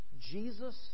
Jesus